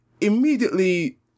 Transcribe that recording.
immediately